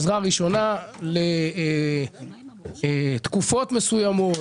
עזרה ראשונה לתקופות מסוימות,